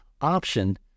option